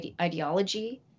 ideology